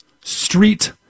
street